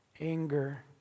anger